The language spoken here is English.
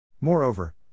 Moreover